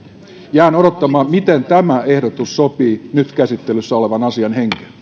jään odottamaan miten tämä ehdotus sopii nyt käsittelyssä olevan asian